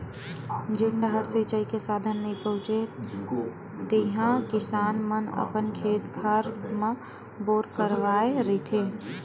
जेन डाहर सिचई के साधन नइ पहुचे हे तिहा किसान मन अपन खेत खार म बोर करवाए रहिथे